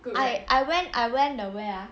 I I went I went the where ah